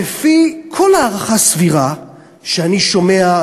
לפי כל הערכה סבירה שאני שומע,